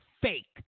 Fake